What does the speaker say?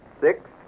six